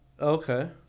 Okay